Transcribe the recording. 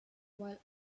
while